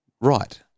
Right